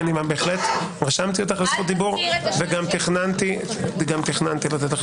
רשמתי אותך לזכות דיבור וגם תכנני לתת לך